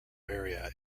area